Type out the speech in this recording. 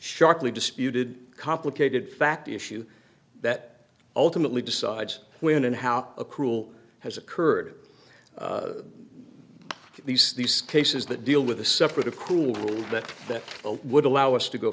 sharply disputed complicated fact issue that ultimately decides when and how a cruel has occurred at least these cases that deal with a separate of cool event that would allow us to go